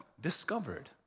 discovered